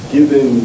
Given